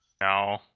No